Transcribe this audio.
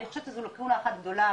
אני חושבת שאת לקונה אחת גדולה,